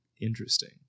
interesting